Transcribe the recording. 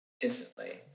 instantly